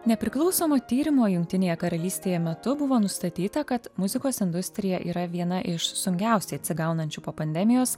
nepriklausomo tyrimo jungtinėje karalystėje metu buvo nustatyta kad muzikos industrija yra viena iš sunkiausiai atsigaunančių po pandemijos